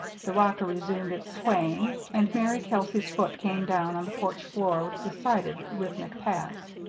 the rocker resumed its swaying, and mary kelsey's foot came down on the porch floor with decided, rhythmic pats.